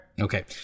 Okay